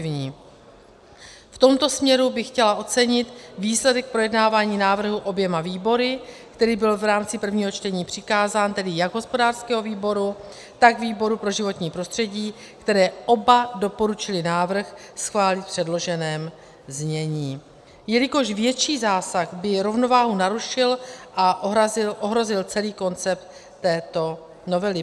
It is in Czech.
V tomto směru bych chtěla ocenit výsledek projednávání návrhu oběma výbory, který byl v rámci prvního čtení přikázán jak hospodářskému výboru, tak výboru pro životní prostředí, které oba doporučily návrh schválit v předloženém znění, jelikož větší zásah by rovnováhu narušil a ohrozil celý koncept této novely.